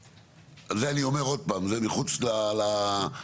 ואני אומר עוד פעם זה מחוץ לה זה,